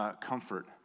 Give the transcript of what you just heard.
Comfort